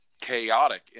chaotic